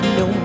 no